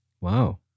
Wow